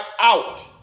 out